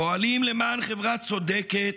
פועלים למען חברה צודקת,